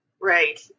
Right